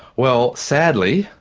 well sadly,